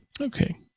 Okay